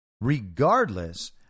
Regardless